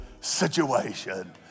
situation